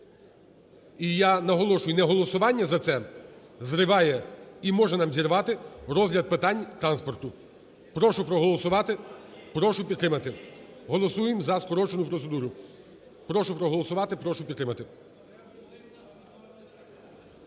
І я наголошую: неголосування за це зриває і може нам зірвати розгляд питань транспорту. Прошу проголосувати. Прошу підтримати. Голосуємо за скорочену процедуру. Прошу проголосувати. Прошу підтримати.